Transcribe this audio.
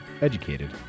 educated